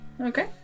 Okay